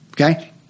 Okay